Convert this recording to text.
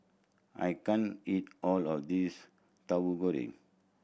I can't eat all of this Tauhu Goreng